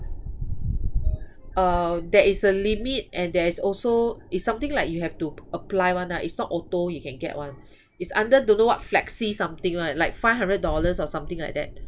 uh there is a limit and there is also it's something like you have to apply [one] lah it's not auto you can get one is under don't know what flexi something [one] like five hundred dollars or something like that